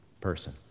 person